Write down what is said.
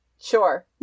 Sure